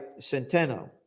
Centeno